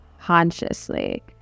consciously